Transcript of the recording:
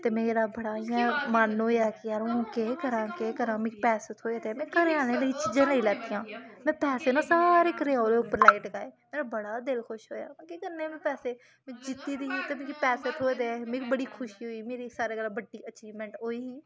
ते मेरा बड़ा इ'यां मन होएआ कि जार हून केह् करां केह् करां मिगी पैसे थ्होए दे में घरें आह्ले लेई चीजां लेई लैतियां में पैसे ना सारे घरै ओह्दै उप्पर लाई टकाए मेरा बड़ा दिल खुश होएया महां केह् करने न में पैसे में जित्ती दी ही ते मिगी पैसे थ्होए दे हे मिगी बड़ी खुशी होई ही मेरी सारें कोला बड्डी अचीवमेंट ओ ही